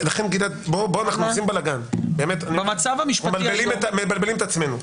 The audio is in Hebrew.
גלעד, בוא, אנחנו עושים בלגן ומבלבלים את עצמנו.